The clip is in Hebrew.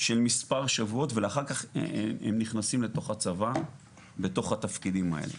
של מספר שבועות ולאחר כך הן נכנסות לתוך הצבא בתוך התפקידים האלה.